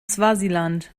swasiland